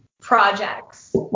projects